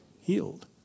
healed